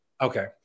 Okay